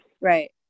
Right